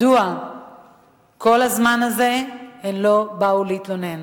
מדוע כל הזמן הזה הן לא באו להתלונן?